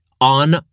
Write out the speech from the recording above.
on